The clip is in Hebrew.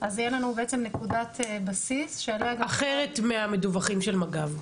אז יהיה לנו בעצם נקודת בסיס שעליה גם --- אחרת מהמדווחים של מג"ב.